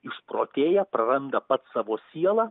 išprotėja praranda pats savo sielą